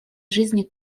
жизни